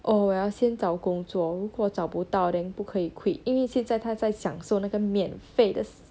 oh 我要先找工作如果找不到 then 不可以 quit 因为现在她在享受那个免费的